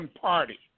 party